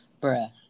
bruh